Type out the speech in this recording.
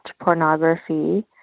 pornography